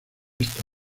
esta